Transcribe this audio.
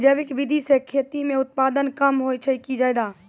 जैविक विधि से खेती म उत्पादन कम होय छै कि ज्यादा?